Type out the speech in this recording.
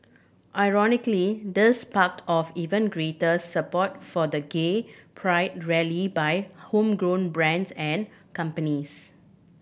ironically this sparked off even greater support for the gay pride rally by homegrown brands and companies